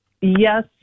Yes